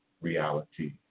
reality